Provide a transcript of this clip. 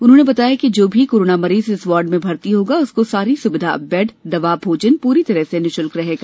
उन्होने बताया कि जो भी कोरोना मरीज इस वार्ड में भर्ती होगा उनको सारी सुविधा बेड दवा भोजन पूरी तरह से निःशुल्क रहेगी